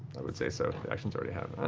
i would say so, the action's already happened.